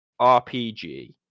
RPG